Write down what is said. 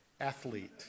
athlete